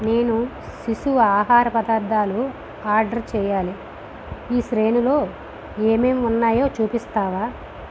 నేను శిశువు ఆహార పదార్థాలు ఆర్డర్ చేయాలి ఈ శ్రేణిలో ఏమేమి ఉన్నాయో చూపిస్తావా